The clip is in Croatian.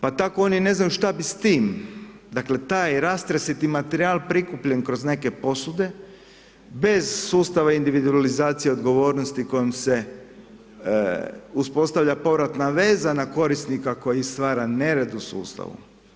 Pa tako oni ne znaju šta bi s tim, dakle taj rastresiti materijal prikupljen kroz neke posude, bez sustava individualizacije odgovornosti kojom se uspostavlja povratna veza na korisnik koji stvara nered u sustavu.